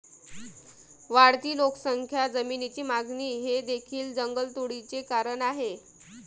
वाढती लोकसंख्या, जमिनीची मागणी हे देखील जंगलतोडीचे कारण आहे